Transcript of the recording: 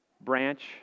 branch